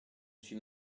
suis